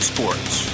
Sports